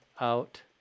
out